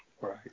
Right